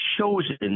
chosen